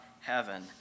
heaven